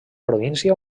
província